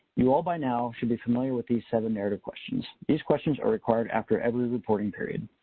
you all by now should be familiar with these seven narrative questions. these questions are required after every reporting period.